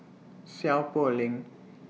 Seow Poh Leng